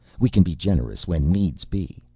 we can be generous when needs be.